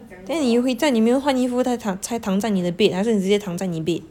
then 你回家你有没有换衣服才躺在你 bed 还是你直接躺在你 bed